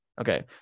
okay